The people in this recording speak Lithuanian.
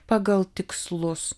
pagal tikslus